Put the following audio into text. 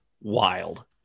wild